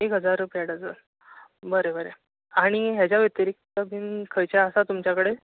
एक हजार रुपया डजन बरें बरें आनी हेज्या भितर बीन खंयचे आसा तुमचे कडेन